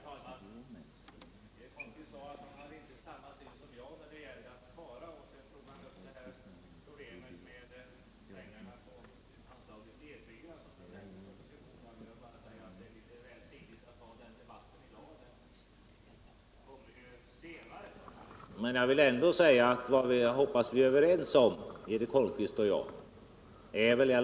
Herr talman! Eric Holmqvist sade att han inte hade samma syn som jag när det gäller att spara, och sedan tog han upp problemet med pengarna på anslaget D 4 i den särskilda propositionen om flygvapnets forskning. Jag vill bara säga att det är litet väl tidigt att ta upp den debatten i dag.